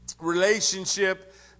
relationship